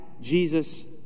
Jesus